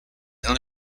and